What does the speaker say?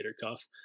cuff